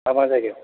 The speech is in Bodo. मा मा जायगायाव